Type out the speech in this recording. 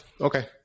okay